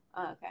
okay